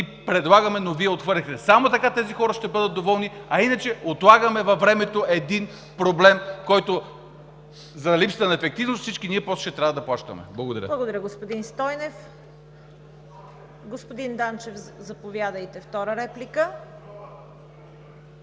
предлагаме, но Вие отхвърлихте. Само така тези хора ще бъдат доволни, а иначе отлагаме във времето един проблем, който заради липсата на ефективност, всички ние после ще трябва да плащаме. Благодаря. ПРЕДСЕДАТЕЛ ЦВЕТА КАРАЯНЧЕВА: Благодаря, господин Стойнев. Господин Данчев, заповядайте – втора реплика.